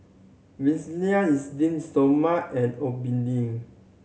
Esteem Stoma and Obimin